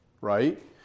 right